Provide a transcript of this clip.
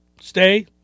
Stay